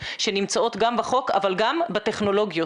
שנמצאות גם בחוק אבל גם בטכנולוגיות.